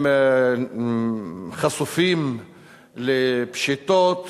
הם חשופים לפשיטות